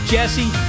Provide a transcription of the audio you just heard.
Jesse